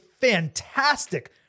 fantastic